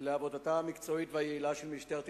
לעבודתה המקצועית והיעילה של משטרת ישראל,